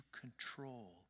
control